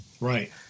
Right